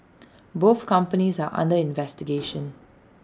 both companies are under investigation